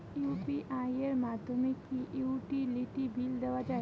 UPI এর মাধ্যমে কি ইউটিলিটি বিল দেওয়া যায়?